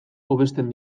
hobesten